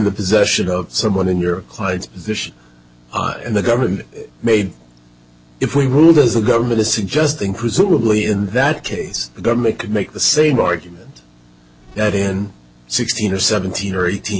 the possession of someone in your clients and the government made if we move as a government is suggesting presumably in that case the government could make the same argument that in sixteen or seventeen or eighteen